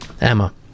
Emma